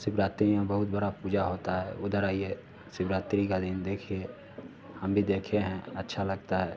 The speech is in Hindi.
शिवरात्रि में बहुत बड़ा पूजा होता है उधर आइए शिवरात्रि का दिन देखिए हम भी देखे हैं अच्छा लगता है